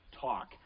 talk